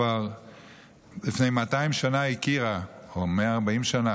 הכירה כבר לפני 200 שנה או 140 שנה,